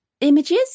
images